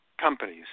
companies